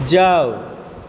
जाउ